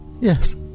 Yes